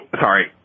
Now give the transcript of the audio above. sorry